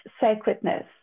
sacredness